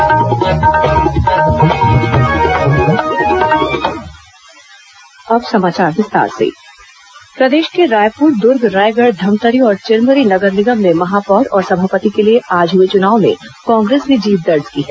महापौर समापति चुनाव प्रदेश के रायपुर दूर्ग रायगढ़ धमतरी और चिरमिरी नगर निगम में महापौर और सभापति के लिए आज हुए चुनाव में कांग्रेस ने जीत दर्ज की है